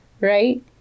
right